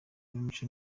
b’imico